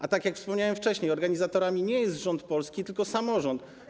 A tak jak wspominałem wcześniej, organizatorem nie jest rząd polski, tylko samorząd.